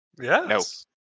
Yes